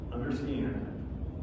Understand